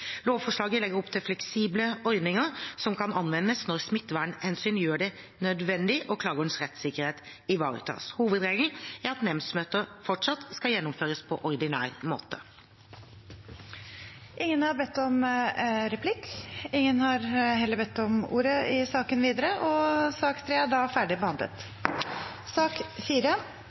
Lovforslaget legger opp til fleksible ordninger som kan anvendes når smittevernhensyn gjør det nødvendig og klagerens rettssikkerhet ivaretas. Hovedregelen er at nemndsmøter fortsatt skal gjennomføres på ordinær måte. Flere har ikke bedt om ordet til sak nr. 3. Etter ønske fra kommunal- og